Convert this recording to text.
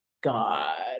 God